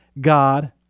God